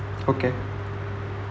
okay